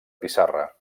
pissarra